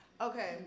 Okay